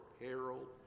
peril